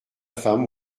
femme